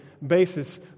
basis